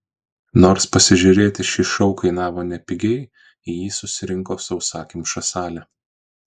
nors pasižiūrėti šį šou kainavo nepigiai į jį susirinko sausakimša salė